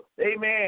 amen